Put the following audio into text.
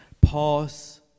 pause